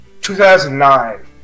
2009